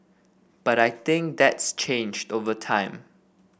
but I think that's changed over time